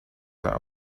that